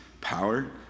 power